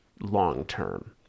long-term